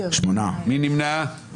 מי נמנע?